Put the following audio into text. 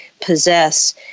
possess